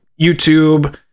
YouTube